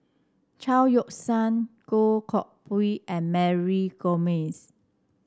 Chao Yoke San Goh Koh Pui and Mary Gomes